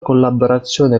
collaborazione